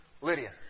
Lydia